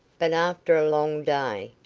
but after a long day,